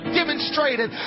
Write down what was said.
demonstrated